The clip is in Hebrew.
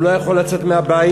הוא לא יכול לצאת מהבית,